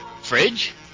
Fridge